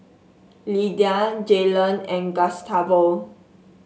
Lydia Jaylon and Gustavo